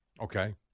Okay